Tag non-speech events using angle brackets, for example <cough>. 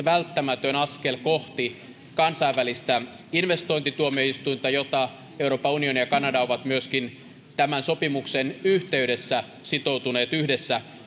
<unintelligible> välttämätön askel kohti kansainvälistä investointituomioistuinta jota euroopan unioni ja kanada ovat myöskin tämän sopimuksen yhteydessä sitoutuneet yhdessä